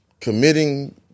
committing